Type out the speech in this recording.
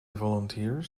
volunteers